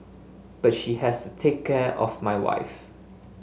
but she has to take care of my wife